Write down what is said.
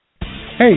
Hey